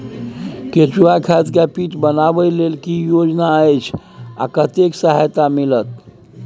केचुआ खाद के पीट बनाबै लेल की योजना अछि आ कतेक सहायता मिलत?